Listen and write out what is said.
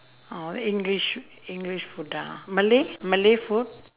oh english english food ah malay malay food